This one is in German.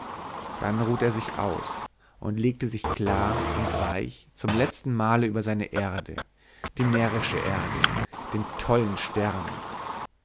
dann ruhte er aus und legte sich klar und weich zum letzten male über seine erde die närrische erde den tollen stern